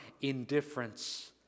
indifference